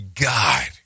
God